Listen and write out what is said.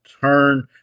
turn